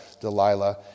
Delilah